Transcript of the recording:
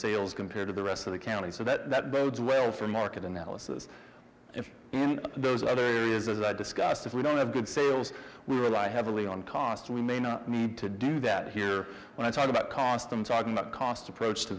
sales compared to the rest of the county so that bodes well for market analysis if those other areas as i discussed if we don't have good sales we rely heavily on cost we may not need to do that here when i talk about cost i'm talking about cost approach